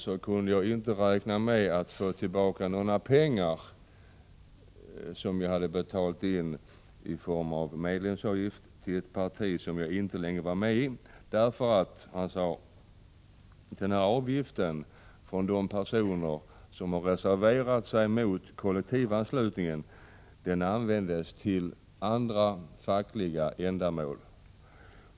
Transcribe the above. Jag kunde däremot inte räkna med att få tillbaka några pengar som jag hade betalat in i form av medlemsavgift till ett parti som jag inte längre var med i, eftersom avgifter från de personer som reserverat sig mot kollektivanslutning användes till andra fackliga ändamål.